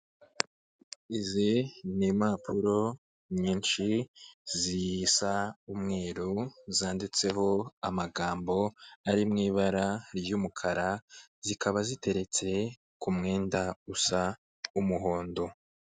Izi ni impapuro nyinshi zisa umweru zanditseho amagambo ari mu ibara ry'umukara zikaba ziteretse ku mwenda usa umuhondo.